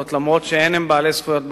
אף שאין הם בעלי זכויות בקרקע.